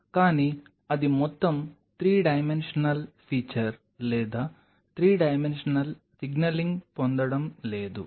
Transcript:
కానీ అది మొత్తం 3 డైమెన్షనల్ ఫీచర్ లేదా 3 డైమెన్షనల్ సిగ్నలింగ్ పొందడం లేదు